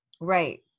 Right